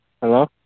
Hello